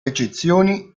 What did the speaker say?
eccezioni